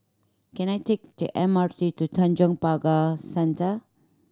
can I take the M R T to Tanjong Pagar Centre